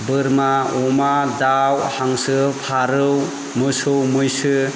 बोरमा अमा दाउ हांसो फारौ मोसौ मैसो